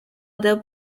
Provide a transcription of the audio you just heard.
other